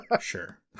Sure